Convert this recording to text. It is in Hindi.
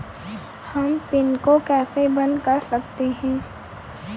हम पिन को कैसे बंद कर सकते हैं?